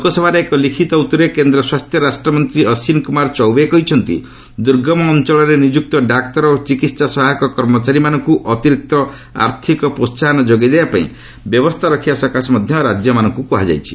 ଲୋକସଭାରେ ଏକ ଲିଖିତ ଉତ୍ତରରେ କେନ୍ଦ୍ର ସ୍ୱାସ୍ଥ୍ୟ ରାଷ୍ଟ୍ରମନ୍ତ୍ରୀ ଅଶ୍ୱିନୀ କୁମାର ଚୌବେ କହିଛନ୍ତି ଦୂର୍ଗମ ଅଞ୍ଚଳରେ ନିଯୁକ୍ତ ଡାକ୍ତର ଓ ଚିକିହା ସହାୟକ କର୍ମଚାରୀମାନଙ୍କ ଅତିରିକ୍ତ ଆର୍ଥକ ପ୍ରୋହାହନ ଯୋଗାଇ ଦେବାପାଇଁ ବ୍ୟବସ୍ଥା ରଖିବା ସକାଶେ ମଧ୍ୟ ରାଜ୍ୟମାନଙ୍କୁ କୁହାଯାଇଛି